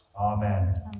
Amen